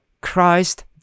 Christ